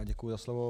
Děkuji za slovo.